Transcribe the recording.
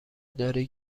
داری